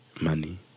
money